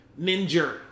ninja